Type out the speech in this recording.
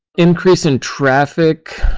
increase in traffic?